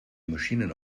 maschinen